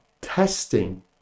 testing